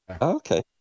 okay